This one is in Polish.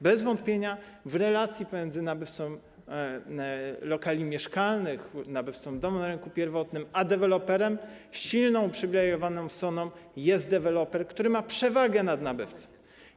Bez wątpienia w relacji pomiędzy nabywcą lokali mieszkalnych, nabywcą domu na rynku pierwotnym a deweloperem silną, uprzywilejowaną stroną jest deweloper, który ma przewagę nad nabywcą.